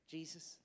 Jesus